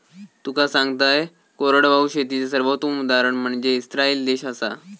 तुका सांगतंय, कोरडवाहू शेतीचे सर्वोत्तम उदाहरण म्हनजे इस्राईल देश आसा